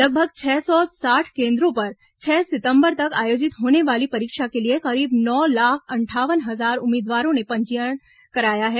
लगभग छह सौ साठ केंद्रों पर छह सितंबर तक आयोजित होने वाली परीक्षा के लिए करीब नौ लाख अंठावन हजार उम्मीदवारों ने पंजीकरण कराया है